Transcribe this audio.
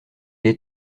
est